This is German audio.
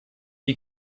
wie